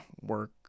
work